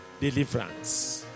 deliverance